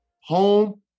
home